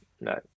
no